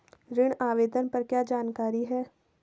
ऋण आवेदन पर क्या जानकारी है?